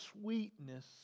sweetness